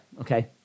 okay